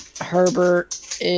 Herbert